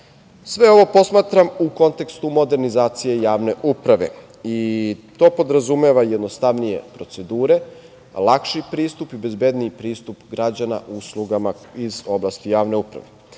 ovo posmatram u kontekstu modernizacije javne uprave i to podrazumeva jednostavnije procedure, lakši pristup i bezbedniji pristup građana uslugama iz oblasti javne uprave.